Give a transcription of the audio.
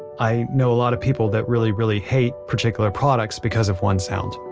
i know a lot of people that really, really hate particular products because of one sound